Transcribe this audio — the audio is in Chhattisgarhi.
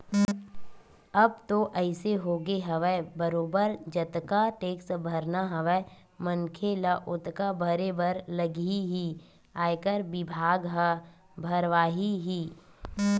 अब तो अइसे होगे हवय बरोबर जतका टेक्स भरना हवय मनखे ल ओतका भरे बर लगही ही आयकर बिभाग ह भरवाही ही